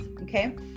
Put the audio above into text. Okay